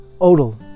odal